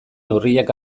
neurriak